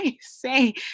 say